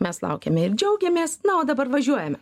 mes laukiame ir džiaugiamės na o dabar važiuojame